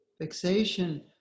fixation